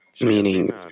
meaning